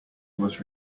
was